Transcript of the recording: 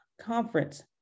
conference